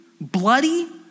bloody